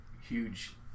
huge